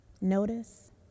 Notice